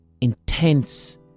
intense